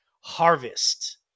harvest